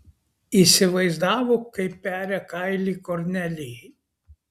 įsivaizdavo kaip peria kailį kornelijai